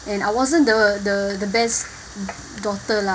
and I wasn't the the the best daughter lah